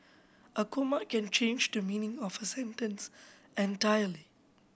a comma can change the meaning of a sentence entirely